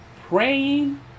Praying